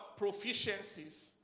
proficiencies